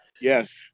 yes